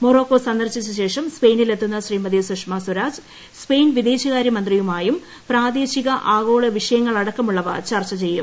Morocco സന്ദർശിച്ചശേഷം സ്പെയിനിലെത്തുന്ന Shrimati Sushma Swaraj Spain വിദേശകാര്യ മന്ത്രിയുമായി പ്രാദേശിക ആഗോള വിഷയങ്ങളടക്കം ഉഭയകക്ഷി ചർച്ച നടത്തും